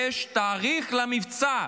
יש תאריך למבצע.